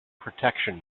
protection